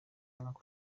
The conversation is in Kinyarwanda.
umwaka